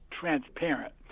transparent